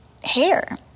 hair